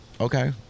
okay